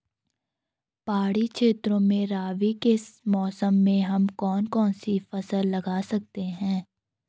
पहाड़ी क्षेत्रों में रबी के मौसम में हम कौन कौन सी फसल लगा सकते हैं?